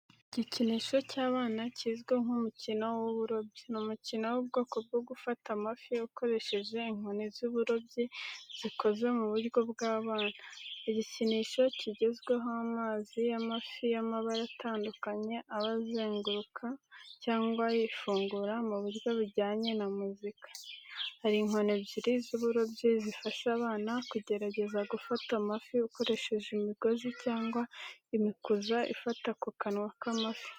Igikinisho cy’abana kizwi nk'umukino w'uburobyi ni umukino w’ubwoko bwo gufata amafi ukoresheje inkoni z’uburobyi zikoze mu buryo bw’abana. igikinisho kigizweho amezi y’amafi y’amabara atandukanye aba azenguruka cyangwa yifungura mu buryo bujyanye na muzika. Hari inkoni ebyiri z’uburobyi zifasha abana kugerageza gufata amafi ukoresheje imigozi cyangwa imikuza ifata ku kanwa k’amafi.